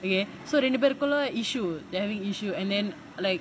okay ரெண்டு பேரு குள்ள:rendu preu kulla issue they are having issue and then like